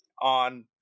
on